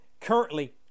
currently